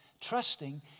trusting